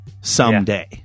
someday